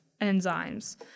enzymes